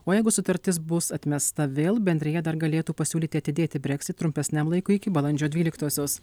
o jeigu sutartis bus atmesta vėl bendrija dar galėtų pasiūlyti atidėti brexit trumpesniam laikui iki balandžio dvyliktosios